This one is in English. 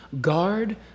guard